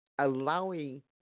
allowing